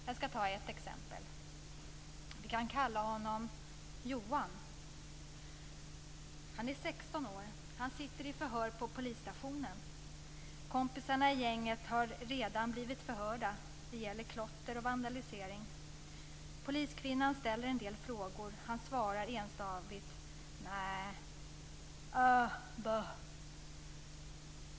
Jag ska ge ett exempel: En 16-årig pojke sitter i förhör på polisstationen. Vi kan kalla honom Johan. Kompisarna i gänget har redan blivit förhörda. Det gäller klotter och vandalisering. Poliskvinnan ställer en del frågor. Han svarar enstavigt: "Nä ... öh ... böh".